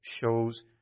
shows